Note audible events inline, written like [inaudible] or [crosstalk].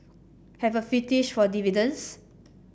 have a [unintelligible] for dividends